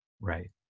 Right